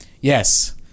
yes